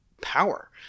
power